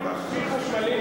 כל מכשיר חשמלי,